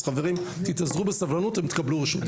אז, חברים, תתאזרו בסבלנות אתם תקבלו רשות דיבור.